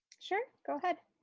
sure, go ahead.